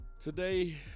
Today